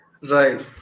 right